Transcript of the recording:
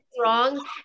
wrong